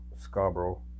Scarborough